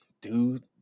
dude